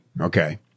Okay